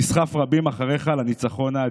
תסחף רבים אחריך לניצחון האדיר.